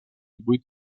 vuit